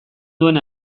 duen